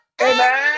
Amen